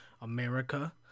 America